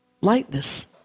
lightness